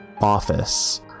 office